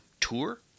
tour